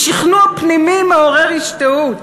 בשכנוע פנימי מעורר השתאות.